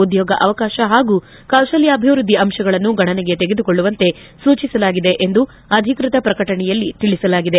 ಉದ್ಯೋಗಾವಕಾಶ ಹಾಗೂ ಕೌಶಲಾಭಿವೃದ್ದಿ ಅಂಶಗಳನ್ನು ಗಣನೆಗೆ ತೆಗೆದುಕೊಳ್ಳುವಂತೆ ಸೂಚಿಸಲಾಗಿದೆ ಎಂದು ಅಧಿಕೃತ ಪ್ರಕಟಣೆಯಲ್ಲಿ ತಿಳಿಸಲಾಗಿದೆ